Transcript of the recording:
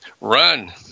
run